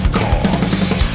cost